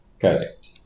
Correct